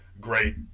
great